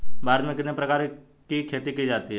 भारत में कितने प्रकार की खेती की जाती हैं?